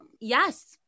yes